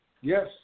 Yes